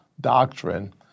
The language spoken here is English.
doctrine